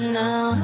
now